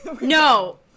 No